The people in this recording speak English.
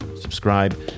subscribe